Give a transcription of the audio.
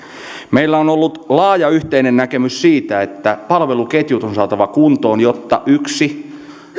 meillä on ollut laaja yhteinen näkemys siitä että palveluketjut on saatava kuntoon jotta yksi